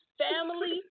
family